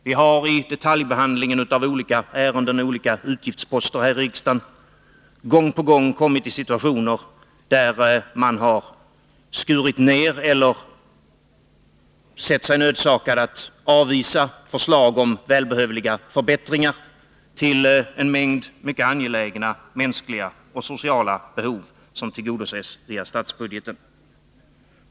Vi har i detaljbehandlingen av olika ärenden och olika utgiftsposter här i riksdagen gång på gång kommit i situationer där man har skurit ner eller sett sig nödsakad att avvisa förslag om välbehövliga förbättringar till en mängd mycket angelägna mänskliga och sociala behov som tillgodoses via statsbudgeten.